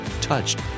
touched